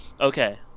Okay